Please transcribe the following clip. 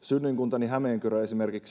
synnyinkuntani hämeenkyrö